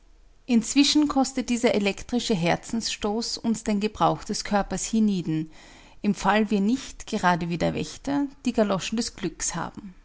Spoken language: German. inzwischen kostet dieser elektrische herzensstoß uns den gebrauch des körpers hienieden im fall wir nicht gerade wie der wächter die galoschen des glückes haben